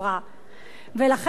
ולכן גם ההסכם הזה,